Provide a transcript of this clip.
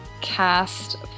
cast